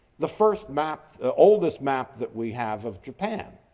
the first maps, the oldest map that we have of japan,